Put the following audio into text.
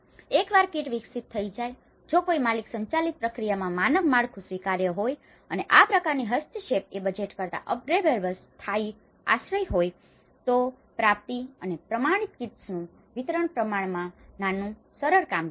એકવાર કીટ વિકસિત થઈ જાય જો કોઈ માલિક સંચાલિત પ્રક્રિયામાં માનક માળખું સ્વીકાર્ય હોય અને આ પ્રકારની હસ્તક્ષેપ એ બજેટ કરતા અપગ્રેડેબલ અસ્થાયી આશ્રય હોય તો પ્રાપ્તિ અને પ્રમાણિત કીટ્સનું વિતરણ પ્રમાણમાં નાનું સરળ કામગીરી છે